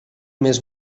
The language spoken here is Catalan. més